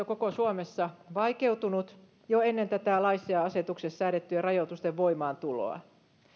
koko suomessa vaikeutunut jo ennen näitä laissa ja asetuksessa säädettyjen rajoitusten voimaantuloa